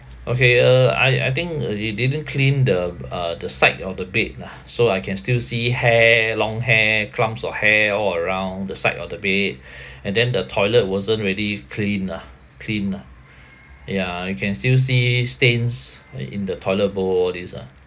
okay uh I I think uh they didn't clean the uh the side of the bed lah so I can still see hair long hair clumps of hair all around the side of the bed and then the toilet wasn't really clean ah clean ah ya I can still see stains ah in the toilet bowl all this ah